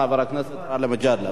חבר הכנסת גאלב מג'אדלה.